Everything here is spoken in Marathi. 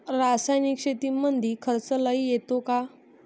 रासायनिक शेतीमंदी खर्च लई येतो का?